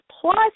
plus